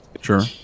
Sure